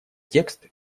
текст